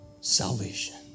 Salvation